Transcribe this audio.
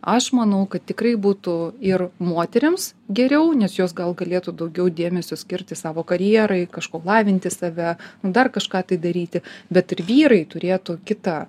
aš manau kad tikrai būtų ir moterims geriau nes jos gal galėtų daugiau dėmesio skirti savo karjerai kažko lavinti save nu dar kažką tai daryti bet ir vyrai turėtų kitą